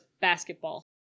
basketball